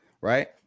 right